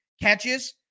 catches